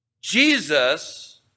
Jesus